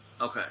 Okay